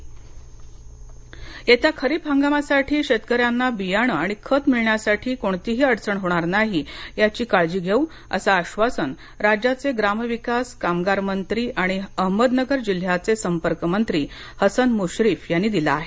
नगर खरीपपूर्व आढावा बैठक येत्या खरीप हंगामासाठी शेतकऱ्यांना बियाणे आणि खत मिळण्यासाठी कोणतीही अडचण होणार नाही याची काळजी घेऊ असं आश्वासन राज्याचे ग्रामविकास कामगार मंत्री आणि अहमदनगर जिल्ह्याचे संपर्कमंत्री हसन म्श्रीफ यांनी दिलं आहे